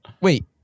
wait